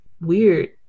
weird